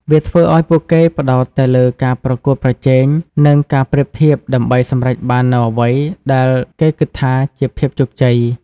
វាធ្វើឲ្យពួកគេផ្តោតតែលើការប្រកួតប្រជែង និងការប្រៀបធៀបដើម្បីសម្រេចបាននូវអ្វីដែលគេគិតថាជាភាពជោគជ័យ។